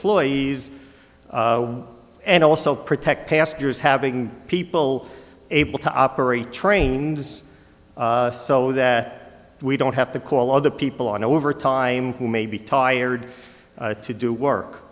cloy ease and also protect passengers having people able to operate trains so that we don't have to call all the people on overtime who may be tired to do